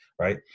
right